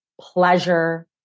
pleasure